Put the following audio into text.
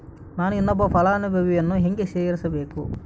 ನಾನು ಇನ್ನೊಬ್ಬ ಫಲಾನುಭವಿಯನ್ನು ಹೆಂಗ ಸೇರಿಸಬೇಕು?